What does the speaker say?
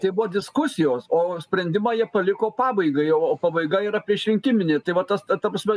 tai buvo diskusijos o sprendimą jie paliko pabaigai o pabaiga yra priešrinkiminė tai va tas ta prasme